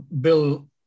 Bill